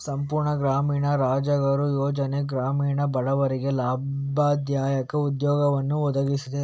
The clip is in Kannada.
ಸಂಪೂರ್ಣ ಗ್ರಾಮೀಣ ರೋಜ್ಗಾರ್ ಯೋಜನೆ ಗ್ರಾಮೀಣ ಬಡವರಿಗೆ ಲಾಭದಾಯಕ ಉದ್ಯೋಗವನ್ನು ಒದಗಿಸಿದೆ